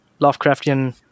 Lovecraftian